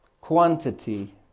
quantity